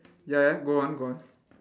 ya ya go on go on